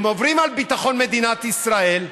הם עוברים על ביטחון מדינת ישראל,